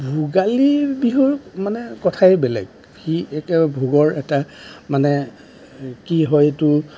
ভোগালী বিহুৰ মানে কথাই বেলেগ সি একে ভোগৰ এটা মানে কি হয় এইটো